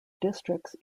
districts